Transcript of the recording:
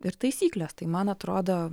ir taisyklės tai man atrodo